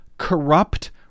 corrupt